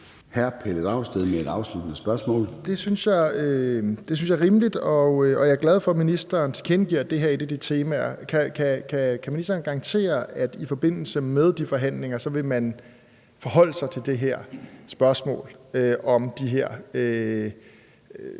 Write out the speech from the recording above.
13:38 Pelle Dragsted (EL): Det synes jeg er rimeligt, og jeg er glad for, at ministeren tilkendegiver, at det her er et af temaerne. Kan ministeren garantere, at man i forbindelse med de forhandlinger vil forholde sig til det her spørgsmål om de her